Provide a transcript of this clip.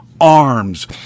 Arms